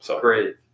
Great